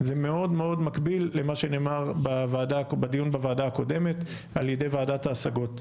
זה מאוד מאוד מקביל למה שנאמר בדיון בוועדה הקודמת על ידי ועדת ההשגות.